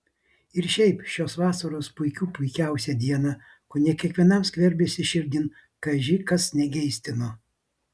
ir šiaip šios vasaros puikių puikiausią dieną kone kiekvienam skverbėsi širdin kaži kas negeistino